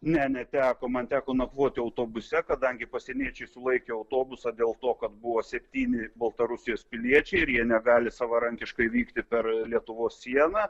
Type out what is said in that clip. ne neteko man teko nakvoti autobuse kadangi pasieniečiai sulaikė autobusą dėl to kad buvo septyni baltarusijos piliečiai ir jie negali savarankiškai vykti per lietuvos sieną